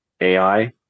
AI